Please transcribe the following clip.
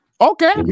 Okay